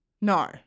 No